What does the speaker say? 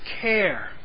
care